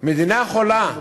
מדינה חולה.